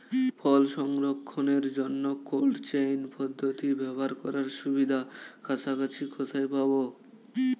ফল সংরক্ষণের জন্য cold chain পদ্ধতি ব্যবহার করার সুবিধা কাছাকাছি কোথায় পাবো?